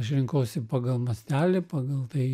aš rinkausi pagal mastelį pagal tai